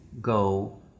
go